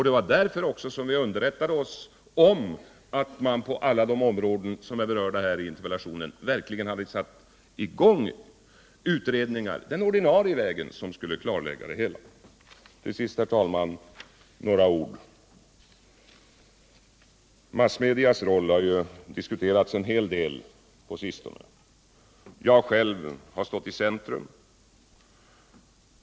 Det var också därför som vi underrättade oss om att man på alla Je områden som berörs i interpellationen på den ordinarie vägen verkligen hade satt i gång utredningar för att klarlägga det hela. Till sist, harr tal man, några ord om massmedias roll. Denna har diskuterats en hel del på sistone. Jag har själv stått I centrum.